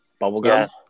bubblegum